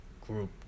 group